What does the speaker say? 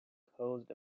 caused